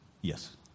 Yes